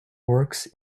works